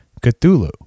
Cthulhu